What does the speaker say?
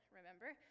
remember